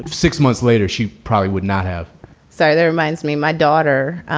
six months later, she probably would not have say, that reminds me. my daughter,